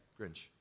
Grinch